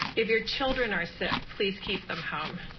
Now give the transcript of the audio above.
if your children are sick, please keep them home.